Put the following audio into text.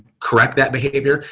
correct that behavior.